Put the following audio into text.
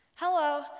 Hello